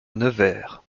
nevers